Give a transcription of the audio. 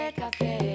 café